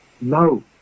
no